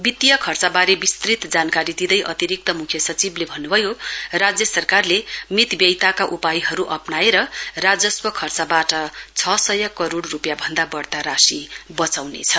वितीय खर्चबारे विस्तृत जानकारी दिँदै अतिरिक्त मुख्य सचिवले भन्नुभयो राज्य सरकारले मितव्ययिताका उपायहरू अप्नाएर राजस्व खर्चबाट छ सय करोइ रूपियाँ भन्दा बढ़ता राशि बचाउनेछ